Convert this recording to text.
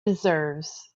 deserves